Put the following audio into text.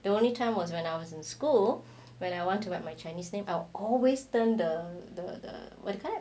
the only time was when I was in school when I want to have my chinese name I'll always turn the the the what's that